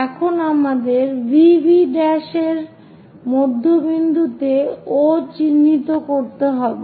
এখন আমাদের VV এর মধ্যবিন্দুতে O চিহ্নিত করতে হবে